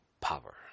power